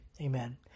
Amen